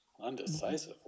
Undecisive